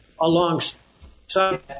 Alongside